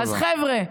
אז חבר'ה,